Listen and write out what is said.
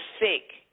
sick